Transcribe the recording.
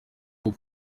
uko